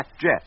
Jet